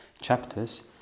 chapters